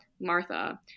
Martha